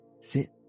sit